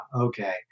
okay